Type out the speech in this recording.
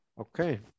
Okay